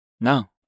No